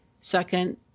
second